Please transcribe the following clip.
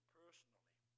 personally